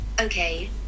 Okay